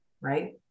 right